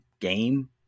game